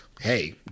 hey